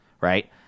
right